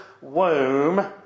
womb